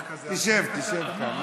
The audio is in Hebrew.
תשב, תשב כאן.